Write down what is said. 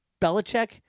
Belichick